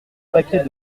paquet